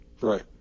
right